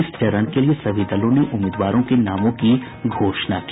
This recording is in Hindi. इस चरण के लिये सभी दलों ने उम्मीदवारों के नामों की घोषणा की